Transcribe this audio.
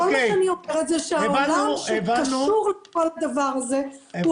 כל מה שאני אומרת הוא שהעולם שקשור לכל הדבר הזה הוא